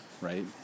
right